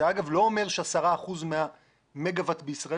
אגב זה לא אומר ש-10 אחוזים מהמגה-ואט בישראל